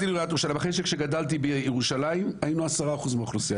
גדלתי בירושלים, היינו 10% מהאוכלוסייה.